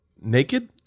Naked